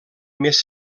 més